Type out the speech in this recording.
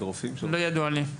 לא ידוע לי.